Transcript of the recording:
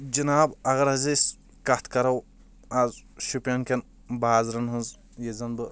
جِناب اَگر حض أسۍ کَتھ کَرو اَز شُپین کٮ۪ن بازرَن ہٕنٛز ییٚتۍ زَن بہٕ